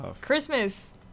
Christmas